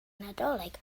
nadolig